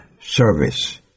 service